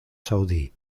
saudí